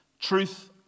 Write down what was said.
Truth